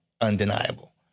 undeniable